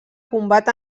combat